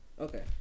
okay